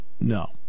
no